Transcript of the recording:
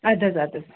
اَدٕ حظ اَدٕ حظ